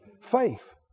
faith